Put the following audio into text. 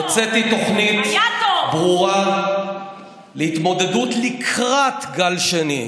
הוצאתי תוכנית ברורה להתמודדות לקראת גל שני.